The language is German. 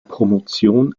promotion